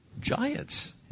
giants